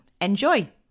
Enjoy